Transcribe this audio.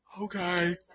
Okay